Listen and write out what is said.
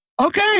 okay